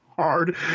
Hard